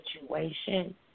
situation